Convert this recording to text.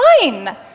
fine